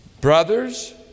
Brothers